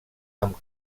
amb